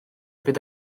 bydd